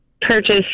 purchase